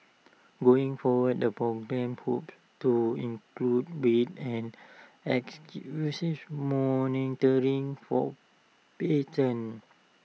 going forward the poop to include weight and monitoring for patients